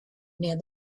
near